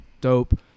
dope